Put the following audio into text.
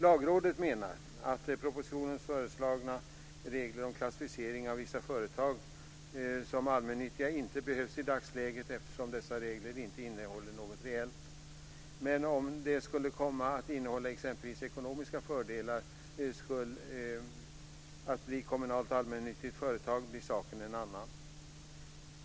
Lagrådet menar att de i propositionen föreslagna reglerna om klassificering av vissa företag som allmännyttiga inte behövs i dagsläget, eftersom dessa regler inte innehåller något reellt. Men om det skulle komma att innehålla exempelvis ekonomiska fördelar att bli kommunalt allmännyttigt företag blir saken en annan.